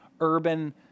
urban